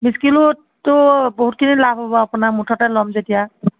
বিশ কিলোতটো বহুতখিনি লাভ হ'ব আপোনাৰ মুঠতে ল'ম যেতিয়া